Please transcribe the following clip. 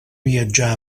viatjar